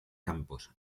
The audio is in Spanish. campos